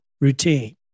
routine